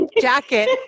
jacket